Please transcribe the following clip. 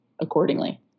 accordingly